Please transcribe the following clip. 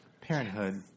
Parenthood